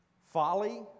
folly